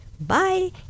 bye